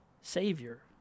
savior